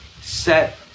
set